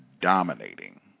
dominating